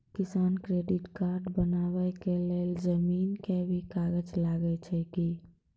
किसान credit card बनबा के लेल जमीन के भी कागज लागै छै कि?